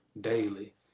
daily